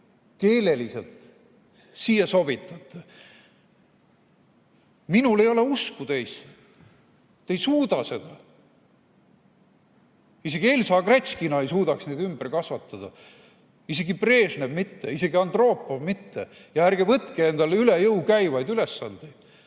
keeleliselt siia sobitate? Minul ei ole teisse usku. Te ei suuda seda. Isegi Elsa Gretškina ei suudaks neid ümber kasvatada, isegi Brežnev mitte, isegi Andropov mitte. Ärge võtke endale üle jõu käivaid ülesandeid.